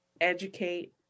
educate